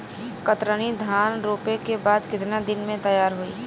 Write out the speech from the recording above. कतरनी धान रोपे के बाद कितना दिन में तैयार होई?